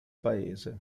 paese